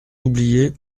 oublié